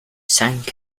sank